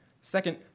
Second